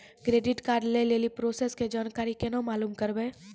Credit card लय लेली process के जानकारी केना मालूम करबै?